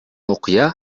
окуя